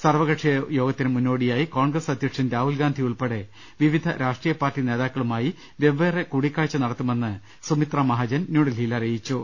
സർവ്വകക്ഷിയോ ഗത്തിന് മുന്നോടിയായി കോൺഗ്രസ് അധ്യക്ഷൻ രാഹുൽ ഗാന്ധി യുൾപ്പെടെ വിവിധ രാഷ്ട്രീയ പാർട്ടി നേതാക്കളുമായി വെവ്വേറെ കൂടി ക്കാഴ്ച നടത്തുമെന്ന് സുമിത്ര മഹാജൻ ന്യൂഡൽഹിയിൽ അറിയിച്ചു